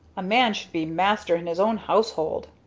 a man should be master in his own household,